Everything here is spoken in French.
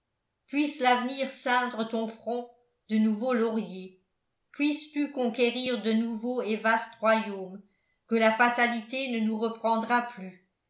puisse l'avenir ceindre ton front de nouveaux lauriers puisses-tu conquérir de nouveaux et vastes royaumes que la fatalité ne nous reprendra plus